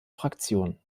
fraktion